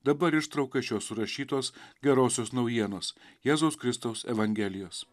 dabar ištrauka iš jo surašytos gerosios naujienos jėzaus kristaus evangelijos